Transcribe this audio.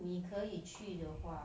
你可以去的话